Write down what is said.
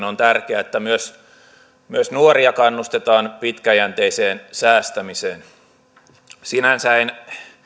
on tärkeää että myös myös nuoria kannustetaan pitkäjänteiseen säästämiseen sinänsä en